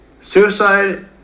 Suicide